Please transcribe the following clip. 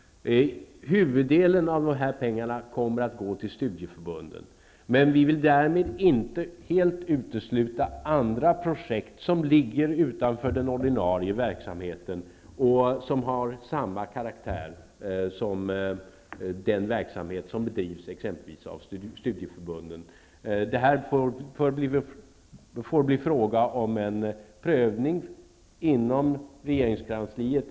Huvuddelen av dessa pengar kommer att gå till studieförbunden. Men vi vill därmed inte helt utesluta andra projekt som ligger utanför den ordinarie verksamheten vilka har samma karaktär som den verksamhet som bedrivs av exempelvis studieförbunden. Det får här bli fråga om en prövning inom regeringskansliet.